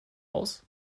aus